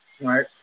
right